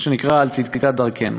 מה שנקרא על צדקת דרכנו.